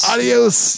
Adios